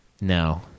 No